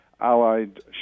Allied